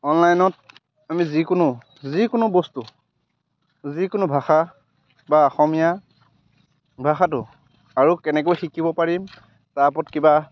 অনলাইনত আমি যিকোনো যিকোনো বস্তু যিকোনো ভাষা বা অসমীয়া ভাষাটো আৰু কেনেকৈ শিকিব পাৰিম তাৰ ওপৰত কিবা